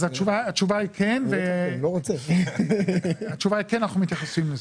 אז התשובה היא כן, אנחנו מתייחסים לזה.